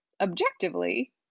objectively